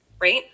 right